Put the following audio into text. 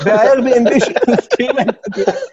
ב-Airbnb ש...